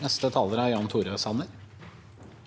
Jan